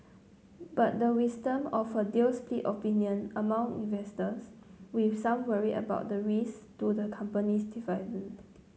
but the wisdom of a deal split opinion among investors with some worried about the risk to the company's